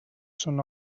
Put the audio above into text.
són